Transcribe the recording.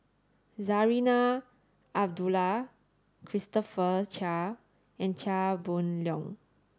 Zarinah Abdullah Christopher Chia and Chia Boon Leong